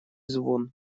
звон